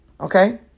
Okay